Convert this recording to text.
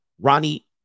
Ronnie